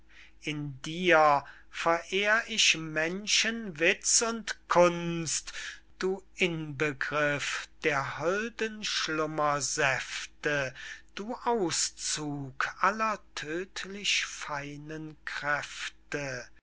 in dir verehr ich menschenwitz und kunst du inbegriff der holden schlummersäfte du auszug aller tödlich feinen kräfte